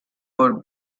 were